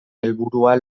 helburua